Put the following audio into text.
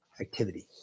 activity